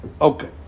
okay